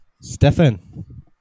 Stefan